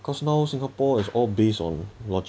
cause now singapore is all based on logistics and